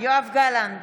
יואב גלנט,